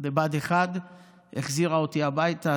בבה"ד 1 החזירה אותי הביתה,